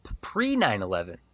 pre-9-11